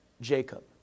Jacob